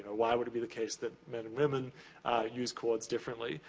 why would it be the case than men and women use chords differently?